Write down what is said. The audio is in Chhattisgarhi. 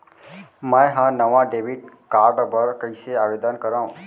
मै हा नवा डेबिट कार्ड बर कईसे आवेदन करव?